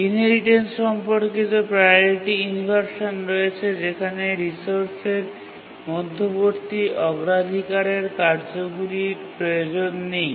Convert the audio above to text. inheritance সম্পর্কিত priority inversion রয়েছে যেখানে রিসোর্সের মধ্যবর্তী অগ্রাধিকারের কার্যগুলির প্রয়োজন নেই